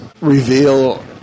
reveal